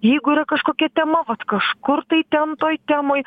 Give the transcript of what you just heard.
jeigu yra kažkokia tema vat kažkur tai ten toj temoj